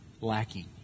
lacking